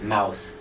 Mouse